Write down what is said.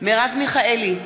מרב מיכאלי,